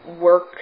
work